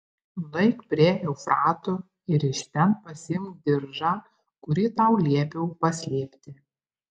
nueik prie eufrato ir iš ten pasiimk diržą kurį tau liepiau paslėpti